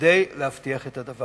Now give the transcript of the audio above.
כדי להבטיח את זה.